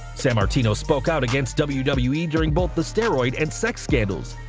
sammartino spoke out against wwe wwe during both the steroid and sex scandals,